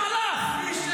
מי?